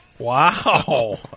Wow